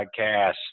Podcast